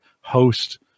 host